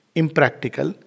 impractical